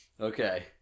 Okay